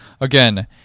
Again